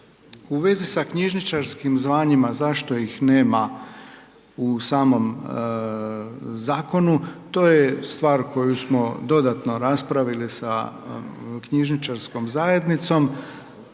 U vezi sa knjižničarskim zvanjima zašto ih nema u samom zakonu to je stvar koju smo dodatno raspravili sa knjižničarskom zajednicom.